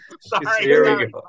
Sorry